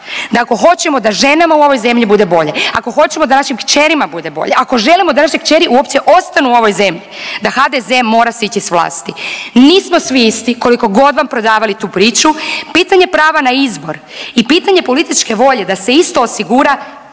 da ako hoćemo da ženama u ovoj zemlji bude bolje, ako hoćemo da našim kćerima bude bolje, ako želimo da naše kćeri uopće ostanu u ovoj zemlji da HDZ-e mora sići s vlasti. Nismo svi isti koliko god vam prodavali tu priču. Pitanje prava na izbor i pitanje političke volje da se isto osigura